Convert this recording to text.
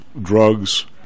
drugs